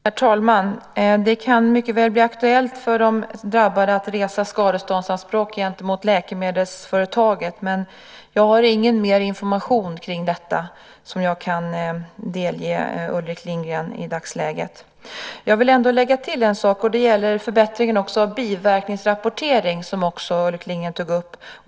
Herr talman! Det kan mycket väl bli aktuellt för de drabbade att resa skadeståndsanspråk gentemot läkemedelsföretaget, men jag har ingen mer information kring detta som jag kan delge Ulrik Lindgren i dagsläget. Jag vill ändå lägga till en sak, och det gäller förbättringen av biverkningsrapporteringen, som också Ulrik Lindgren tog upp.